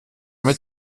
mit